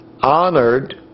honored